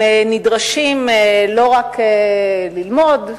הם נדרשים לא רק ללמוד.